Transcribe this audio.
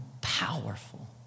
powerful